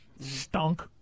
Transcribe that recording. Stunk